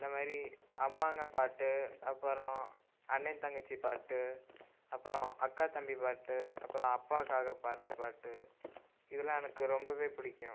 இந்த மாரி அம்மாங்க பாட்டு அப்புறம் அண்ணன் தங்கச்சி பாட்டு அப்புறம் அக்கா தம்பி பாட்டு அப்புறம் அப்பாக்காக பாடுற பாட்டு இதெலான் எனக்கு ரொம்பவே பிடிக்கும்